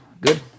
good